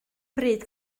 bryd